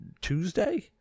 Tuesday